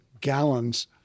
gallons